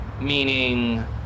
meaning